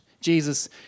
Jesus